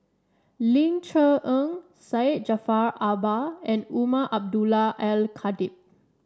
Ling Cher Eng Syed Jaafar Albar and Umar Abdullah Al Khatib